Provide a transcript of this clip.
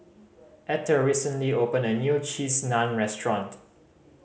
Etter recently opened a new Cheese Naan Restaurant